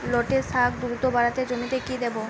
লটে শাখ দ্রুত বাড়াতে জমিতে কি দেবো?